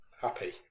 Happy